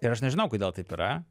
ir aš nežinau kodėl taip yra